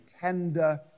tender